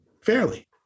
fairly